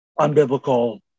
unbiblical